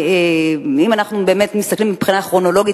אם אנחנו באמת מסתכלים מבחינה כרונולוגית,